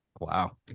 Wow